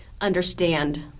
understand